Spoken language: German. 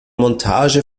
montage